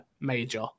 major